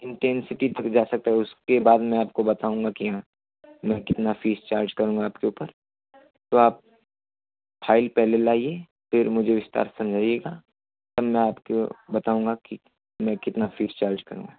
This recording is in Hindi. इन्टेन्सिटी तक जा सकता है उसके बाद मैं आपको बताऊँगा कि हाँ मैं कितनी फीस चार्ज करूँगा आपके ऊपर तो आप फाइल पहले लाइए फिर मुझे विस्तार से समझाइएगा तब मैं आपको बताऊँगा कि मैं कितनी फीस चार्ज करूँगा